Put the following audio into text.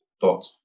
dot